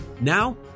Now